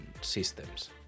systems